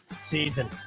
season